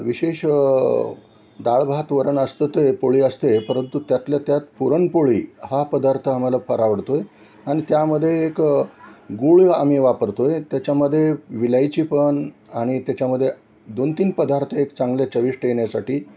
विशेष डाळ भात वरण असते ते पोळी असते परंतु त्यातल्या त्यात पुरणपोळी हा पदार्थ आम्हाला फार आवडतो आहे आणि त्यामध्ये एक गुळ आम्ही वापरतो आहे त्याच्यामध्ये विलायची पण आणि त्याच्यामध्ये दोन तीन पदार्थ एक चांगले चविष्ट येण्यासाठी